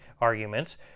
arguments